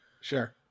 Sure